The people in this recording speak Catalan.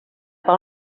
pel